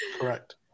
correct